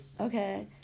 Okay